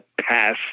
pass